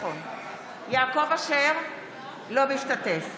אינו משתתף